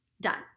Done